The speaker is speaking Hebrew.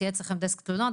שיהיה אצלכם דסק תלונות,